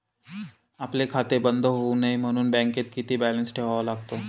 आपले खाते बंद होऊ नये म्हणून बँकेत किती बॅलन्स ठेवावा लागतो?